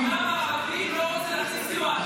העולם הערבי לא רוצה להכניס סיוע.